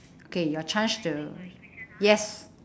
okay your chance to yes